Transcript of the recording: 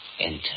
enter